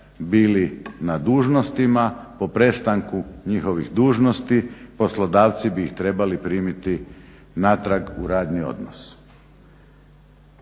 na dužnostima po prestanku njihovih dužnosti poslodavci bi ih trebali primiti natrag u radni odnos.